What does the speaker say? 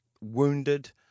wounded